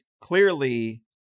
clearly